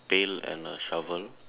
pail and a shover